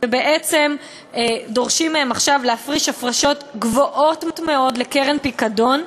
ובעצם דורשים מהם עכשיו להפריש הפרשות גבוהות מאוד לקרן פיקדון,